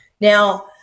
Now